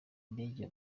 ndege